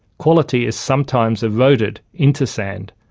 quality is sometimes eroded into sand,